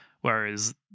whereas